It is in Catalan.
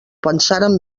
pensaren